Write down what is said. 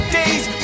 days